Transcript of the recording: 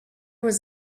was